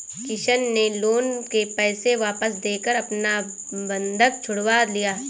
किशन ने लोन के पैसे वापस देकर अपना बंधक छुड़वा लिया